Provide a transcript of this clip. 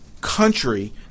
country